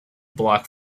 block